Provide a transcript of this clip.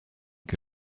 que